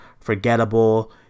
forgettable